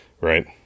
right